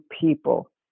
people